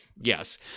Yes